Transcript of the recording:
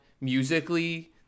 musically